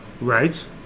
Right